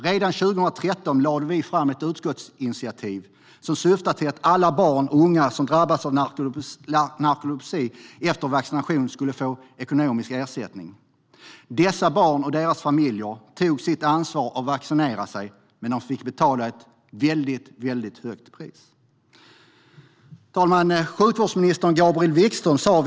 Redan 2013 lade vi fram ett utskottsinitiativ som syftade till att alla barn och unga som drabbats av narkolepsi efter vaccinationen skulle få ekonomisk ersättning. Dessa barn och deras familjer tog sitt ansvar och vaccinerade sig, men de fick betala ett väldigt högt pris. Herr talman!